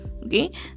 Okay